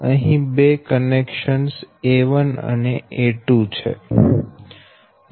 અહી બે connections A1 અને A2 છે